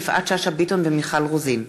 יפעת שאשא ביטון ומיכל רוזין,